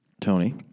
Tony